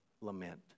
lament